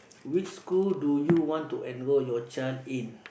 which school do you want to enrol your child in